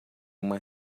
uma